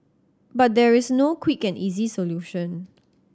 but there is no quick and easy solution